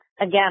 again